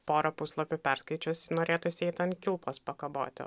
porą puslapių perskaičius norėtųsi eiti ant kilpos pakaboti